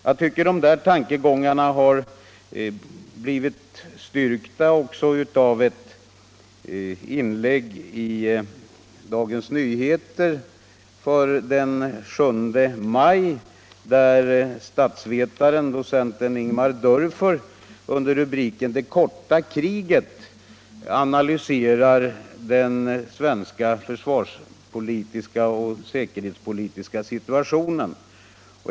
Jag tycker att de här tankegångarna har blivit styrkta också av ett inlägg i Dagens Nyheter den 7 maj, där statsvetaren docent Ingemar Dörfer under rubriken Det korta kriget analyserar den svenska försvarspolitiska och säkerhetspolitiska situationen.